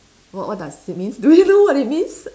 what what does it means do you know it means